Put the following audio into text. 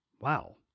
Wow